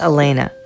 Elena